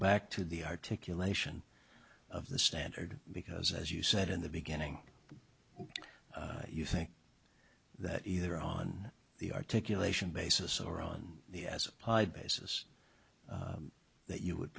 back to the articulation of the standard because as you said in the beginning you think that either on the articulation basis or on the as applied basis that you would